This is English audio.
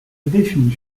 addition